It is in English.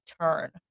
turn